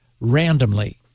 randomly